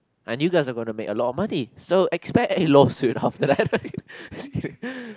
and you guys is gone to make a lot of money so expect a lawsuit after that